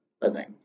living